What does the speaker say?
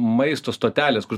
maisto stotelės kur